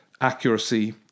accuracy